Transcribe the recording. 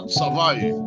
survive